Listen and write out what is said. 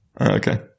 okay